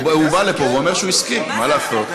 הוא בא לפה והוא אומר שהוא הסכים, מה לעשות.